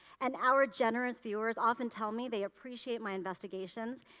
and, our generous viewers often tell me they appreciate my investigations,